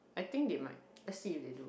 I think they might let's see if they do